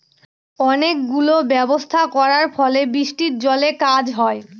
অনেক গুলো ব্যবস্থা করার ফলে বৃষ্টির জলে কাজ হয়